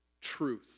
truth